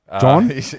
John